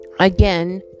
Again